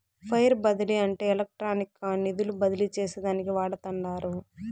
wire బదిలీ అంటే ఎలక్ట్రానిక్గా నిధులు బదిలీ చేసేదానికి వాడతండారు